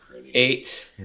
Eight